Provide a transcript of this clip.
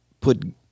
put